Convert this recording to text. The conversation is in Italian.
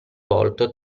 volto